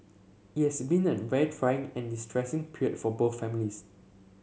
it has been a very trying and distressing period for both families